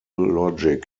logic